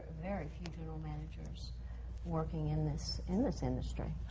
very few general managers working in this in this industry.